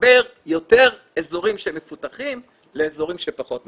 נחבר יותר אזורים שהם מפותחים לאזורים שהם פחות מפותחים.